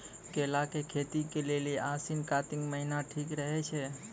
केला के खेती के लेली आसिन कातिक महीना ठीक रहै छै